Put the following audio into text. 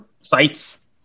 sites